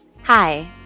Hi